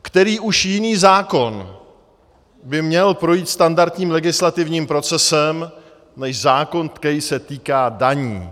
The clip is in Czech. Který už jiný zákon by měl projít standardním legislativním procesem než zákon, který se týká daní?